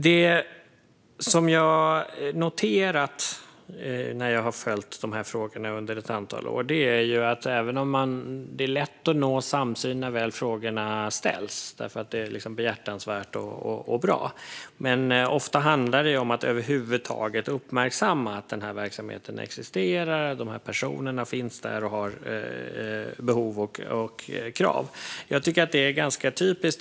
Det jag har noterat när jag följt dessa frågor under ett antal år är att det är lätt att nå samsyn när väl frågorna ställs, eftersom detta är behjärtansvärt och bra. Ofta handlar det dock om att över huvud taget uppmärksamma att denna verksamhet existerar och att dessa personer finns där och har behov och krav.